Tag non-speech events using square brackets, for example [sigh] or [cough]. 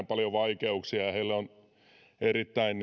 [unintelligible] paljon vaikeuksia ja heille erittäin [unintelligible]